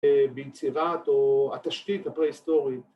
‫ביצירת או התשתית הפרה-היסטורית.